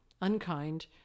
unkind